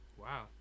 wow